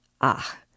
Ah